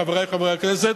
חברי חברי הכנסת,